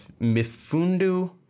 mifundu